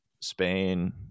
Spain